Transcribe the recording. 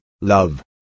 love